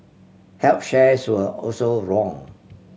health shares were also wrong